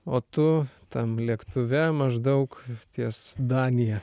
o tu tam lėktuve maždaug ties danija